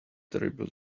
terrible